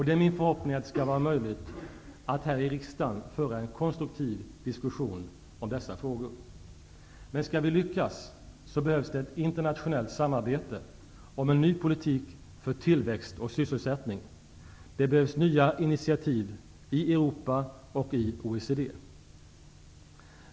Det är min förhoppning att det skall vara möjligt att här i riksdagen föra en konstruktiv diskussion om dessa frågor. Men skall vi lyckas, behövs det ett internationellt samarbete om en ny politik för tillväxt och sysselsättning. Det behövs nya initativ i Europa och i OECD.